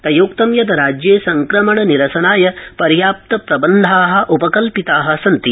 तयोक्तं यत् राज्ये सङ्क्रमणनिरसनाय पर्याप्त प्रबन्धा उपकल्पिता सन्ति